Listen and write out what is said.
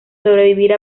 sobrevivir